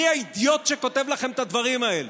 מי האידיוט שכותב לכם את הדברים האלה?